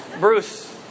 Bruce